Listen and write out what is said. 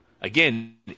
again